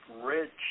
rich